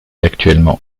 actuellement